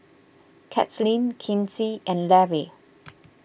Katlyn Kinsey and Larry